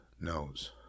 knows